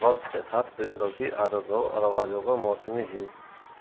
وقت کے ساتھ پرندوں کی عادتوں اور آوازوں کو موسمی